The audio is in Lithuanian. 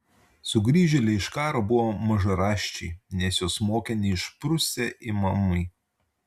sugrįžėliai iš karo buvo mažaraščiai nes juos mokė neišprusę imamai